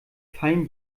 fallen